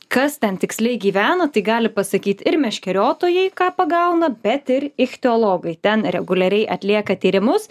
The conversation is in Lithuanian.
kas ten tiksliai gyvena tai gali pasakyt ir meškeriotojai ką pagauna bet ir ichtiologai ten reguliariai atlieka tyrimus